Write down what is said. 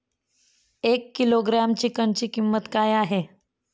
एक किलोग्रॅम चिकनची किंमत काय आहे?